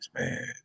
man